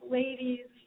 ladies